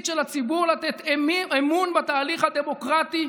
של הציבור לתת אמון בתהליך הדמוקרטי,